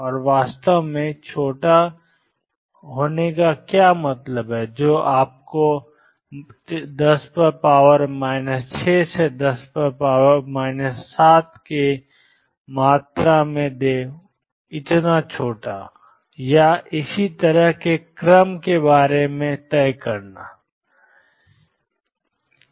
और वह वास्तव में छोटा क्या है जो आपको 10 6 10 7 या इसी तरह के क्रम के बारे में तय करना है